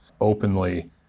openly